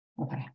Okay